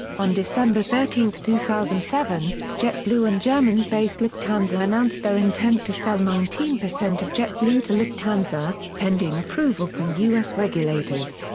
on december thirteen, two thousand and seven, jetblue and german-based lufthansa announced their intent to sell nineteen percent of jetblue to lufthansa, pending approval from us regulators.